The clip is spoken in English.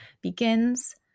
begins